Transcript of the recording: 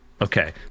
okay